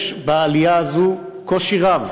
יש בעלייה הזאת קושי רב,